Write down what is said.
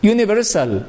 Universal